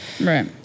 right